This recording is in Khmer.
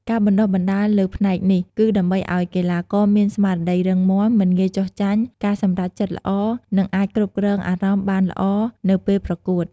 ការបណ្តុះបណ្តាលលើផ្នែកនេះគឺដើម្បីឲ្យកីឡាករមាន ស្មារតីរឹងមាំ មិនងាយចុះចាញ់ ការសម្រេចចិត្តល្អ និងអាចគ្រប់គ្រងអារម្មណ៍បានល្អនៅពេលប្រកួត។